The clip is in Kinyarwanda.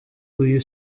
uyu